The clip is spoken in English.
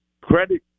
credit